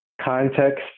context